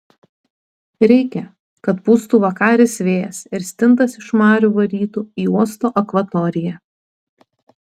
reikia kad pūstų vakaris vėjas ir stintas iš marių varytų į uosto akvatoriją